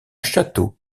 château